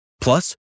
Plus